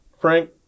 frank